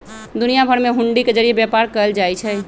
दुनिया भर में हुंडी के जरिये व्यापार कएल जाई छई